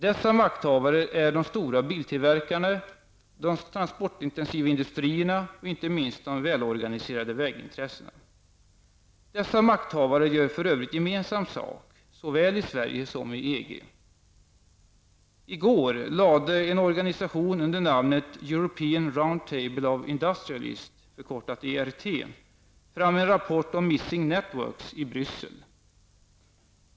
Dessa makthavare är de stora biltillverkarna, de transportintensiva industrierna och inte minst de välorganiserade vägintressena. Dessa makthavare gör för övrigt gemensam sak såväl i Sverige som i EG. I går lade en organisation under namnet Bryssel.